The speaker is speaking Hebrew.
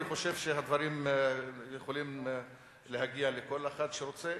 אני חושב שהדברים יכולים להגיע לכל אחד שרוצה,